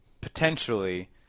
potentially